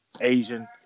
Asian